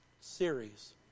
series